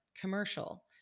commercial